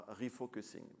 refocusing